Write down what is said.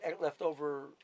leftover